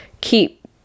keep